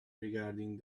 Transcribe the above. regarding